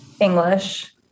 English